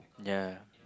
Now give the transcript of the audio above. ya